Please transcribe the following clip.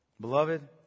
Beloved